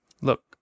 Look